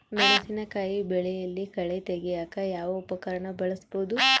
ಮೆಣಸಿನಕಾಯಿ ಬೆಳೆಯಲ್ಲಿ ಕಳೆ ತೆಗಿಯಾಕ ಯಾವ ಉಪಕರಣ ಬಳಸಬಹುದು?